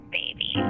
baby